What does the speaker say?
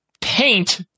paint